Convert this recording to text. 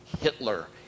Hitler